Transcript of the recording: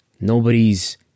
Nobody's